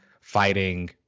fighting